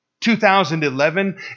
2011